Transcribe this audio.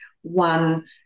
one